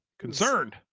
Concerned